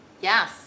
Yes